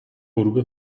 غروب